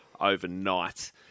overnight